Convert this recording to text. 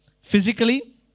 Physically